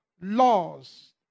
laws